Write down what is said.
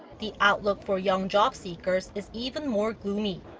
the outlook for young jobseekers is even more gloomy.